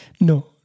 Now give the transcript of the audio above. No